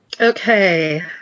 Okay